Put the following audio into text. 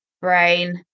brain